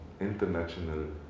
international